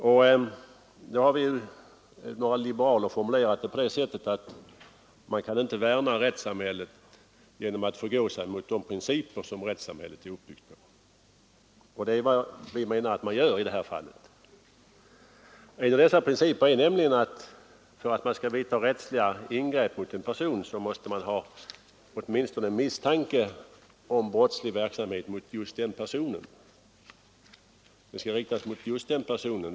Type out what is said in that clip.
Vi är nu några liberaler som har formulerat saken på det sättet, att man kan inte värna rättssamhället genom att förgå sig mot de principer som rättssamhället är uppbyggt på, och det är vad vi menar att man gör i detta fall. En av dessa principer är nämligen att för att man skall göra rättsliga ingrepp mot en person måste man ha åtminstone misstanke om brottslig verksamhet när det gäller den personen. Misstanken skall alltså riktas mot just den personen.